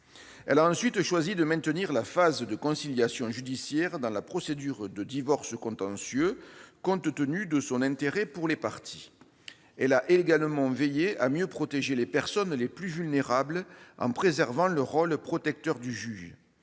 Elle a ensuite choisi de maintenir la phase de conciliation judiciaire dans la procédure de divorce contentieux, compte tenu de son intérêt pour les parties. Elle a également veillé à mieux protéger les personnes les plus vulnérables en préservant le rôle protecteur du juge.